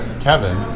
Kevin